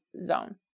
zone